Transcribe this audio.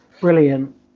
Brilliant